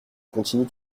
continue